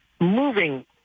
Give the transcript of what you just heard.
moving